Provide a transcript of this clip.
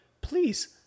please